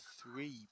three